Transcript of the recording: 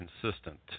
consistent